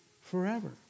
forever